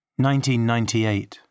1998